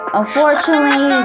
unfortunately